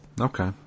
okay